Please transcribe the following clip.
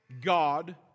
God